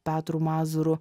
petru mazūru